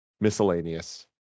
Miscellaneous